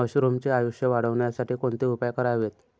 मशरुमचे आयुष्य वाढवण्यासाठी कोणते उपाय करावेत?